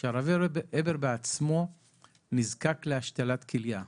שהרב הבר בעצמו נזקק להשתלת כליה ולדיאליזות,